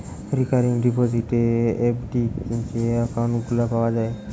recurring deposit, FD যে account গুলা পাওয়া যায়